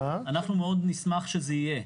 אנחנו מאוד נשמח שזה יהיה.